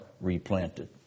replanted